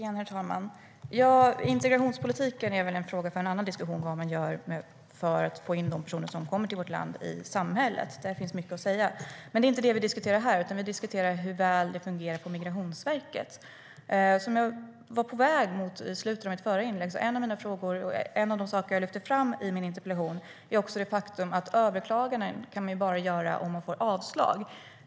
Herr talman! Integrationspolitiken och vad man gör för att integrera personer som kommer till vårt land i samhället är väl en fråga för en annan diskussion. Där finns mycket att säga, men det är inte det som vi diskuterar här, utan vi diskuterar hur väl det fungerar på Migrationsverket.En av de saker som jag lyfte fram i min interpellation var också det faktum att man bara kan överklaga om man får avslag.